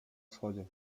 wschodzie